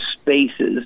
spaces